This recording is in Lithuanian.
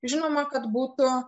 žinoma kad būtų